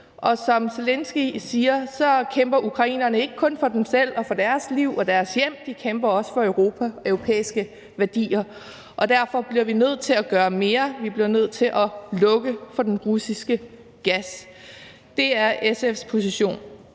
og som Zelenskyj siger, kæmper ukrainerne ikke kun for sig selv og for deres liv og deres hjem – de kæmper også for Europa og europæiske værdier. Derfor bliver vi nødt til at gøre mere – vi bliver nødt til at lukke for den russiske gas. Det er SF's position.